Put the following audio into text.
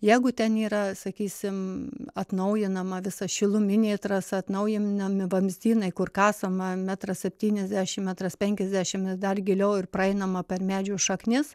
jeigu ten yra sakysim atnaujinama visa šiluminė trasa atnaujinami vamzdynai kur kasama metras septyniasdešimt metras penkiasdešimt dar giliau ir praeinama per medžių šaknis